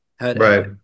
Right